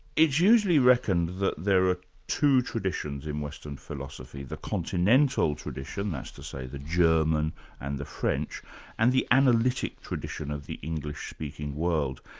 it's usually reckoned that there are two traditions in western philosophy the continental tradition, that's to say the german and the french and the analytic tradition of the english-speaking world.